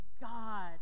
god